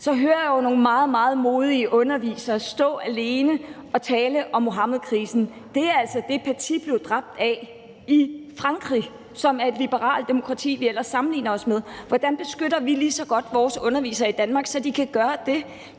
så hører jeg jo nogle meget, meget modige undervisere stå alene og tale om Muhammedkrisen. Det er altså det, Samuel Paty blev dræbt for i Frankrig, som er et liberalt demokrati, vi ellers sammenligner os med. Hvordan beskytter vi vores undervisere godt i Danmark, så de kan gøre det?